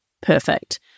perfect